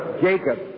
Jacob